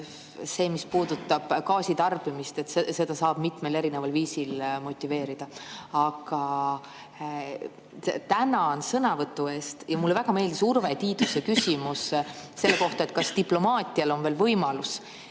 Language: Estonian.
seda, mis puudutab gaasitarbimist, mitmel erineval viisil motiveerida. Aga tänan sõnavõtu eest! Ja mulle väga meeldis Urve Tiiduse küsimus selle kohta, kas diplomaatial on veel võimalus.